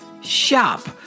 shop